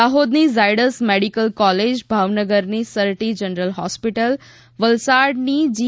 દાહોદની ઝાડયસ medical college ભાવનગરની sir T general hospital વલસાડની જી